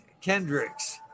Kendricks